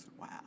Wow